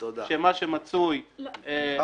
שמה שמצוי --- תודה.